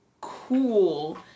cool